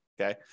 okay